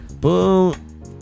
Boom